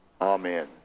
Amen